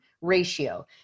ratio